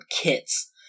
kits